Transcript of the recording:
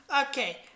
Okay